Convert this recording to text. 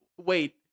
wait